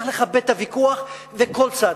צריך לכבד את הוויכוח בכל צד.